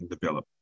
develop